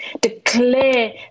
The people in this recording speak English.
Declare